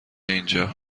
اینجا